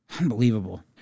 Unbelievable